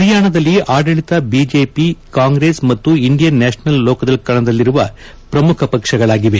ಪರಿಯಾಣದಲ್ಲಿ ಆಡಳಿತ ಬಿಜೆಬಿ ಕಾಂಗ್ರೆಸ್ ಮತ್ತು Indian National Lok Dal ಕಣದಲ್ಲಿರುವ ಪ್ರಮುಖ ಪಕ್ಷಗಳಾಗಿವೆ